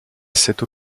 cette